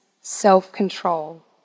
self-control